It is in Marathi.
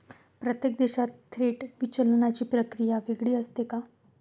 प्रत्येक देशात थेट विचलनाची प्रक्रिया वेगळी असते का?